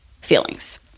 feelings